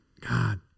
God